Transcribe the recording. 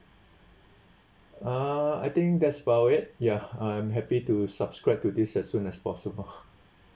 uh I think that's about it ya I'm happy to subscribe to this as soon as possible